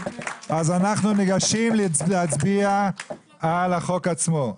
אז אנחנו ניגשים להצביע על החוק עצמו.